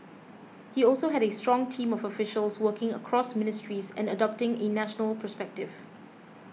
he also had a strong team of officials working across ministries and adopting a national perspective